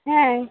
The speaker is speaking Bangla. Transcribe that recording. হ্যাঁ